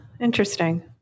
interesting